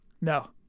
No